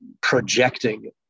projecting